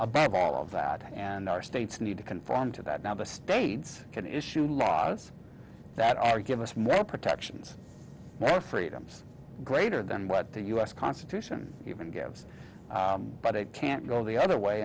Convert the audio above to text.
above all of that and our states need to conform to that now the states can issue laws that are give us more protections more freedoms greater than what the u s constitution gives but it can't go the other way